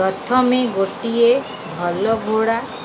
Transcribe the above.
ପ୍ରଥମେ ଗୋଟିଏ ଭଲ ଘୋଡ଼ା